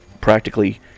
practically